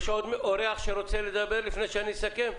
האם יש עוד אורח שרוצה לדבר לפני שאני אסכם?